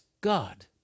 God